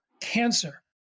cancer